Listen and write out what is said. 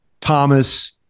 Thomas